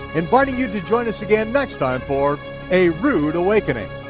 inviting you to join us again next time for a rood awakening,